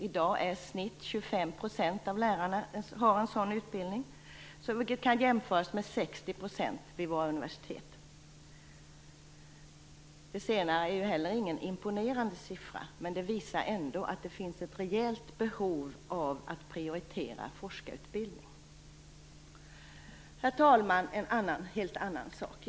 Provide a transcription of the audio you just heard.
I dag har i snitt 25 % av högskolelärarna en sådan utbildning, vilket kan jämföras med 60 % vid universiteten. Den senare är inte heller någon imponerande siffra, men den visar ändå att det finns ett rejält behov av att prioritera forskarutbildning. Herr talman! Nu skall jag prata om någonting helt annat.